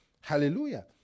hallelujah